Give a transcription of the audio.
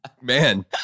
Man